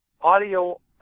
audio